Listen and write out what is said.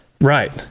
right